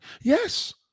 Yes